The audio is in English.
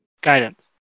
Guidance